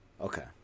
okay